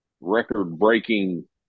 record-breaking